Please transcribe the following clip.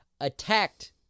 attacked